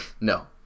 No